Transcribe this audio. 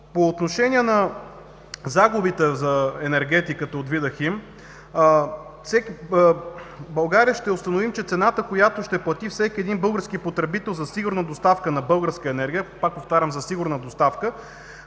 По отношение на загубите за енергетиката от „Видахим“, за България ще установим, че цената, която ще плати всеки български потребител за сигурна доставка на българска енергия, повтарям – за сигурна доставка,